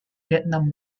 vietnam